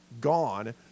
gone